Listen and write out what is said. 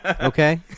Okay